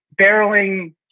barreling